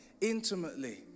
intimately